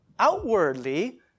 outwardly